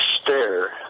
stare